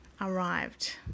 arrived